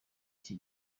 iki